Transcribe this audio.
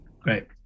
great